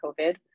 COVID